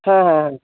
হ্যাঁ হ্যাঁ হ্যাঁ